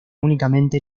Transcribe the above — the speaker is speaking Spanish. únicamente